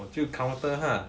我就 counter 她